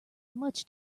much